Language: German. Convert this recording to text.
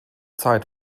zeit